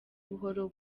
buhoro